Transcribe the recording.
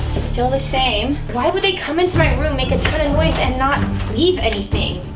still the same. why would they come into my room, make a ton of noise and not leave anything?